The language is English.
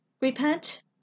Repent